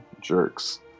jerks